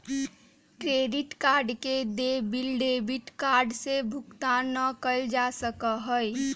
credit card के देय bill debit card से भुगतान ना कइल जा सका हई